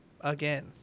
again